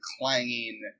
clanging